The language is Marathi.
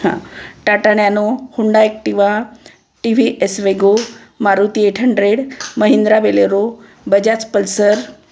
हां Tata Nano Honda Activa T V S Wego Maruti eight hundred Mahindra Bolero Bajaj Pulsar